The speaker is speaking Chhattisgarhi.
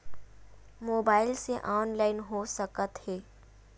मोबाइल से ऑनलाइन हो सकत हे?